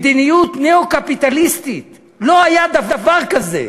מדיניות ניאו-קפיטליסטית שלא היה דבר כזה.